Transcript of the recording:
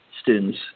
students